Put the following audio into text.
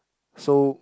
so